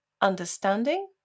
understanding